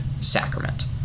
sacrament